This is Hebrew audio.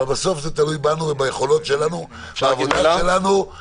בסוף זה תלוי בנו וביכולות שלנו, בעבודה שלנו.